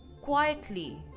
quietly